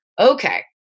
Okay